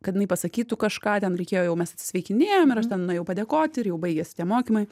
kad jinai pasakytų kažką ten reikėjo jau mes atsisveikinėjom ir aš ten nuėjau padėkoti ir jau baigėsi tie mokymai